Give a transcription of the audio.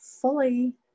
fully